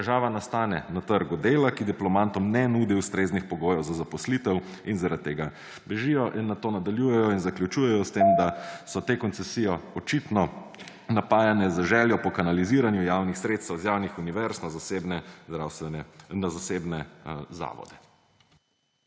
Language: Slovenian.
Težava nastane na trgu dela, ki diplomantom ne nudi ustreznih pogojev za zaposlitev, in zaradi tega bežijo. Nato nadaljuje in zaključuje s tem, da so te koncesije očitno napajane z željo po kanaliziranju javnih sredstev z javnih univerz na zasebne zavode.